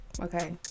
okay